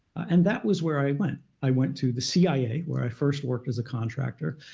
and that was where i went. i went to the cia, where i first worked as a contractor.